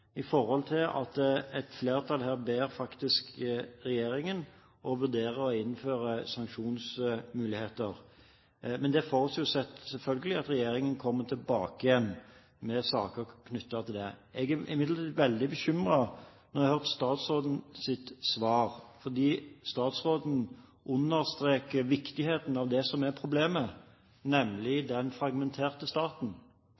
i forhold til at et flertall faktisk ber regjeringen om å vurdere å innføre sanksjonsmuligheter. Men det forutsetter selvfølgelig at regjeringen kommer tilbake igjen med saker knyttet til det. Jeg ble imidlertid veldig bekymret da jeg hørte statsrådens svar, for statsråden understreker viktigheten av det som er problemet, nemlig